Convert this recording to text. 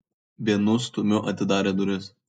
vienu stūmiu atidarė duris